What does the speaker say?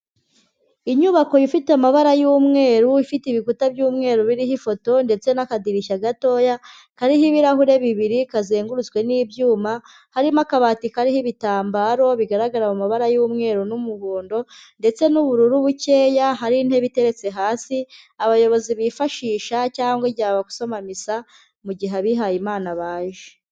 Inyubako ifite amabara y'umweru, ifite ibikuta by'umweru biriho ifoto ndetse n'akadirishya gatoya kariho ibirahure bibiri kazengurutswe n'ibyuma, harimo akabati kariho ibitambaro bigaragara mu mabara y'umweru n'umuhondo ndetse n'ubururu bukeya, hari intebe iteretse hasi abayobozi bifashisha cyangwa igihe abasoma misa, mu gihe abihayeyimana baje.